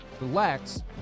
relax